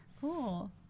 Cool